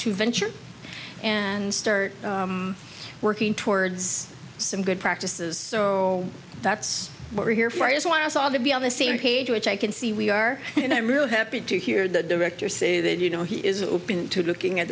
to venture and start working towards some good practices so that's what we're here for is what i saw that be on the same page which i can see we are and i'm really happy to hear the director say that you know he is open to looking